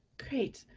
great,